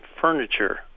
Furniture